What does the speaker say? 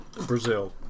brazil